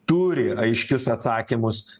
turi aiškius atsakymus